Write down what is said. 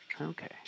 Okay